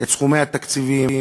את סכומי התקציבים,